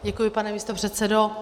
Děkuji, pane místopředsedo.